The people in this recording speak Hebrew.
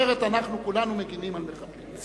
אחרת אנחנו כולנו מגינים על מחבלים.